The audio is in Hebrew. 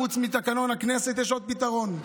חוץ מתקנון הכנסת יש עוד פתרון,